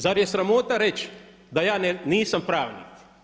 Zar je sramota reći da ja nisam pravnik?